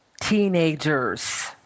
teenagers